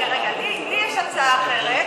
רגע, רגע, לי יש הצעה אחרת.